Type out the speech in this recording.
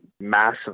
massive